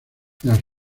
las